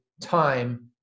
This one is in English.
time